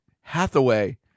Hathaway